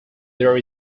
there